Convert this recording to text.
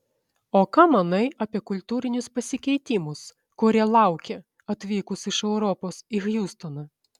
o ką manai apie kultūrinius pasikeitimus kurie laukė atvykus iš europos į hjustoną